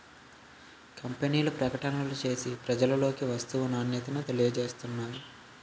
కంపెనీలు ప్రకటనలు చేసి ప్రజలలోకి వస్తువు నాణ్యతను తెలియజేస్తున్నాయి